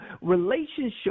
relationship